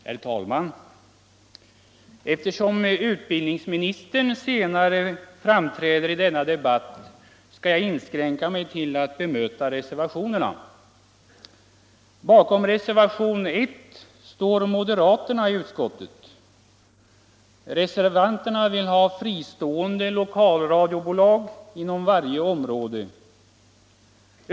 Herr talman! Eftersom utbildningsministern kommer att framträda senare i denna debatt skall jag inskränka mig till att bemöta reservationerna. Bakom reservation 1 står moderaterna i utskottet. Reservanterna vill ha fristående lokalradiobolag inom varje område.